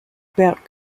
about